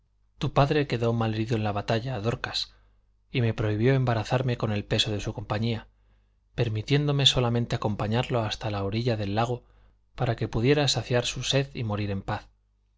tu padre quedó mal herido en la batalla dorcas y me prohibió embarazarme con el peso de su compañía permitiéndome solamente acompañarlo hasta la orilla del lago para que pudiera saciar su sed y morir en paz